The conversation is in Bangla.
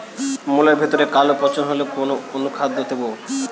মুলোর ভেতরে কালো পচন হলে কোন অনুখাদ্য দেবো?